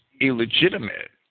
illegitimate